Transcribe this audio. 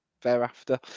thereafter